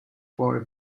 for